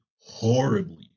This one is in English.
horribly